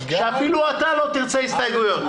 שאפילו אתה לא תרצה הסתייגויות.